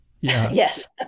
Yes